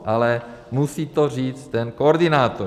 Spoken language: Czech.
Ale musí to říct ten koordinátor.